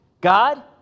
God